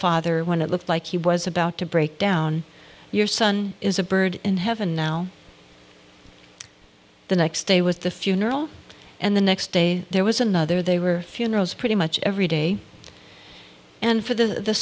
father when it looked like he was about to break down your son is a bird in heaven now the next day was the funeral and the next day there was another they were funerals pretty much every day and for the